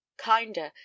kinder